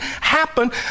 happen